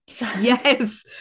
yes